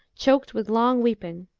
choked with long weeping.